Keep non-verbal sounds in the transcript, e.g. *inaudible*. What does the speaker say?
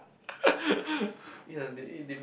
*laughs*